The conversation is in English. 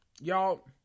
y'all